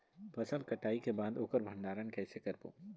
फसल कटाई के बाद ओकर भंडारण कइसे करबो?